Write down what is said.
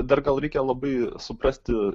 dar gal reikia labai suprasti